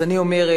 אז אני אומרת